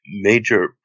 Major